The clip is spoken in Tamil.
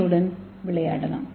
ஏ உடன் விளையாடலாம்